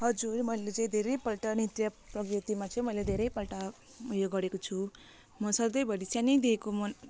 हजुर मैले चाहिँ धेरैपल्ट नृत्य प्रगतिमा चाहिँ मैले धेरैपल्ट उयो गरेको छु म सधैँभरि सानैदेखिको म